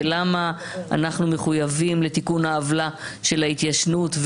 ולמה אנחנו מחויבים לתיקון העוולה של ההתיישנות,